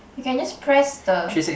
you can just press the